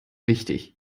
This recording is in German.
wichtig